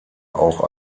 auch